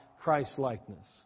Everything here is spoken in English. Christ-likeness